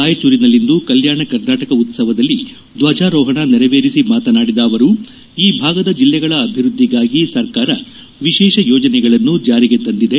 ರಾಯಚೂರಿನಲ್ಲಿಂದು ಕಲ್ಯಾಣ ಕರ್ನಾಟಕ ಉತ್ತವದಲ್ಲಿ ಧ್ವಜಾರೋಹಣ ನೆರವೇರಿಸಿ ಮಾತನಾಡಿದ ಅವರು ಈ ಭಾಗದ ಜಿಲ್ಲೆಗಳ ಅಭಿವೃದ್ದಿಗಾಗಿ ಸರ್ಕಾರ ವಿಶೇಷ ಯೋಜನೆಗಳನ್ನು ಜಾರಿಗೆ ತಂದಿದೆ